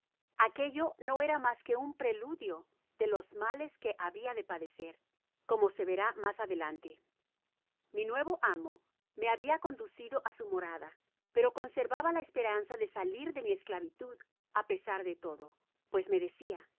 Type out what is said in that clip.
aquello no era mas que un preludio de los males que habia de padecer como se verá mas adelante content from google book search generated at en disposicion de no poderse tener sobre el agua content from google book search generated at mi nuevo amo me habia conducido á su morada pero conservaba la esperanza de salir de mi esclavitud á pesar de todo pue me decia